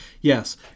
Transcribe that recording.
Yes